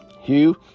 Hugh